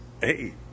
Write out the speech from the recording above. Hey